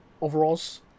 overalls